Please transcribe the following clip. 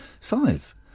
Five